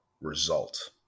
result